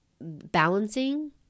balancing